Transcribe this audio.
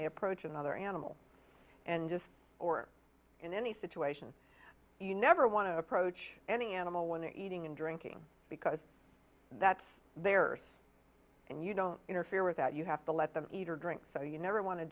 they approach another animal and just or in any situation you never want to approach any animal when they're eating and drinking because that's their first and you don't interfere with that you have to let them eat or drink so you never want to